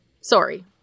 Sorry